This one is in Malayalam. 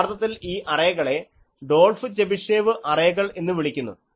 യഥാർത്ഥത്തിൽ ഈ അറേകളെ ഡോൾഫ് ചെബിഷേവ് അറേകൾ എന്നു വിളിക്കുന്നു